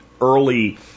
early